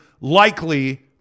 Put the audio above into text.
likely